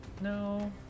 No